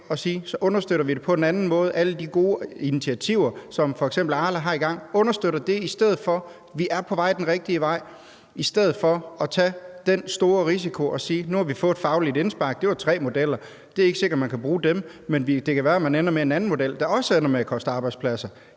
og sige, at så understøtter vi på en anden måde, f.eks. alle de gode initiativer som f.eks. dem, Arla har i gang, i stedet for? Vi er på vej den rigtige vej, så var det ikke bedre end at løbe en stor risiko? Man har fået et fagligt indspark, tre modeller, og det er ikke sikkert, man kan bruge dem, men det kan være, at man ender med en anden model, der også ender med at koste arbejdspladser.